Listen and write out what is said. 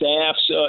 staffs